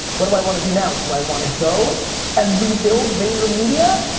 what do i wanna do now? do i wanna go and rebuild vaynermedia?